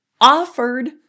offered